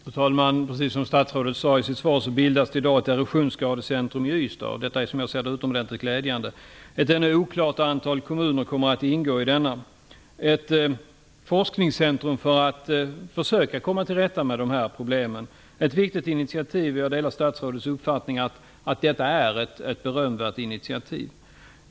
Fru talman! Precis som statsrådet sade i sitt svar bildas det nu ett erosionsskadecentrum i Ystad. Detta är utomordentligt glädjande. Ett ännu oklart antal kommuner kommer att ingå i detta. Ett forskningscentrum för att försöka komma till rätta med problemen är ett viktigt initiativ. Jag delar statsrådets uppfattning att det är ett berömvärt initiativ.